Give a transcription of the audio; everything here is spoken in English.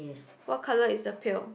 what color is the pail